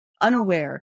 unaware